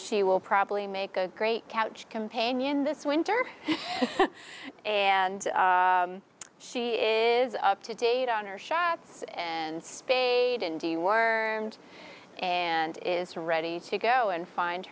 she will probably make a great couch companion this winter and she is up to date on her shots and spayed and do you are and is ready to go and find